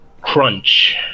crunch